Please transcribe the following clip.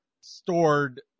stored